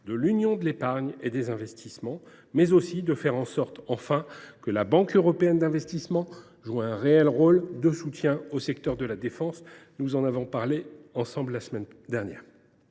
de l’Union pour l’épargne et l’investissement, mais aussi faire en sorte que la Banque européenne d’investissement joue un réel rôle de soutien du secteur de la défense. Nous en avons parlé ensemble la semaine dernière,